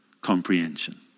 comprehension